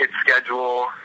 schedule